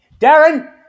Darren